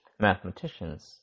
mathematicians